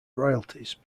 royalties